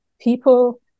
people